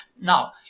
Now